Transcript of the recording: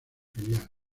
filial